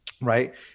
right